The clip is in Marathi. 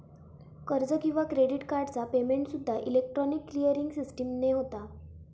कर्ज किंवा क्रेडिट कार्डचा पेमेंटसूद्दा इलेक्ट्रॉनिक क्लिअरिंग सिस्टीमने होता